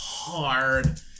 Hard